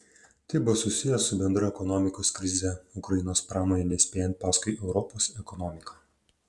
tai bus susiję su bendra ekonomikos krize ukrainos pramonei nespėjant paskui europos ekonomiką